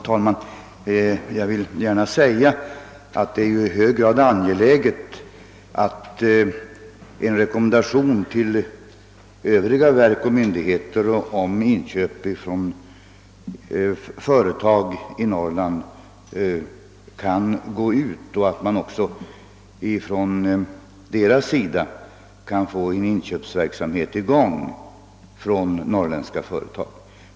Herr talman! Jag vill gärna säga att det är i hög grad angeläget att en rekommendation går ut till övriga verk och myndigheter så att man därigenom kan få i gång en inköpsverksamhet från norrländska företag.